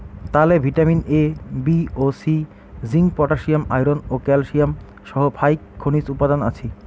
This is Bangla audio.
তালে ভিটামিন এ, বি ও সি, জিংক, পটাশিয়াম, আয়রন ও ক্যালসিয়াম সহ ফাইক খনিজ উপাদান আছি